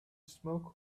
smoke